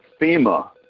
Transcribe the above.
FEMA